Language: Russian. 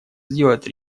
сделать